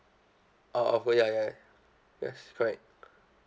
oh oh oh ya ya yes correct